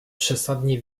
przesadnie